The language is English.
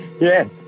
Yes